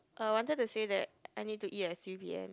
I wanted to say that I need to eat at three p_m